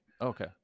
Okay